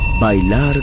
Bailar